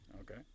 Okay